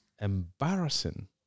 embarrassing